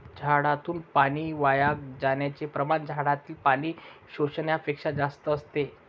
झाडातून पाणी वाया जाण्याचे प्रमाण झाडातील पाणी शोषण्यापेक्षा जास्त असते